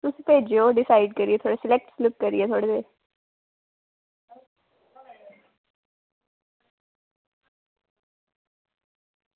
तुस भेजेओ डिसाईड करियै सिलेक्ट सलुक्ट करियै